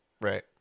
Right